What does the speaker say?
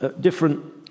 different